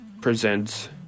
presents